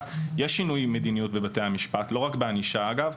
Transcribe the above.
יש שינוי מדיניות בבתי המשפט, לא רק בענישה, אגב.